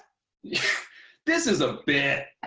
yeah this is a bit.